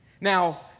Now